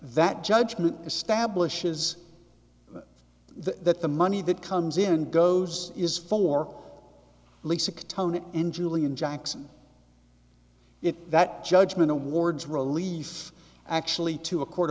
that judgment establishes the that the money that comes in and goes is for lasik tonet in julian jackson if that judgment awards relief actually to a court